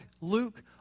Luke